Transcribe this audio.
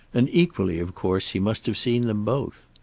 and equally, of course, he must have seen them both.